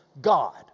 God